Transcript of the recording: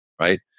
Right